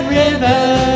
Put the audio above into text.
river